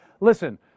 Listen